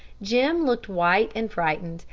jim looked white and frightened,